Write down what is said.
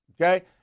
Okay